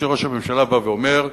כשראש הממשלה בא ואומר: